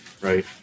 right